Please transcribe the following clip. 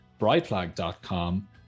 brightflag.com